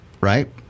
right